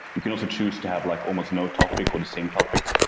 you can also choose to have like almost no topic or the same topic,